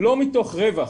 לא מתוך רווח.